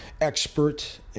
expert